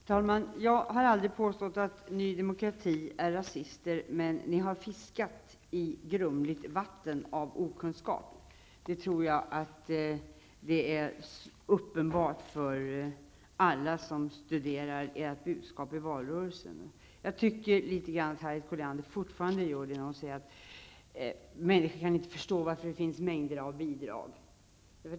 Herr talman! Jag har aldrig påstått att ni i Ny Demokrati är rasister, men ni har av okunskap fiskat i grumligt vatten. Det är uppenbart för alla som studerat ert budskap i valrörelsen. Jag tycker på något sätt att Harriet Colliander fortfarande gör det när hon säger att människor inte kan förstå varför det finns mängder av bidrag.